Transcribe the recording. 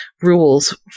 rules